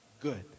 good